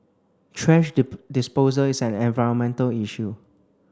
thrash disposal is an environmental issue